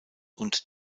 und